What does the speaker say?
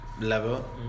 level